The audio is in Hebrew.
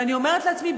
ואני אומרת לעצמי,